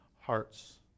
hearts